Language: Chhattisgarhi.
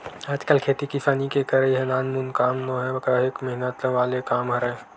आजकल खेती किसानी के करई ह नानमुन काम नोहय काहेक मेहनत वाले काम हरय